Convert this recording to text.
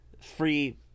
free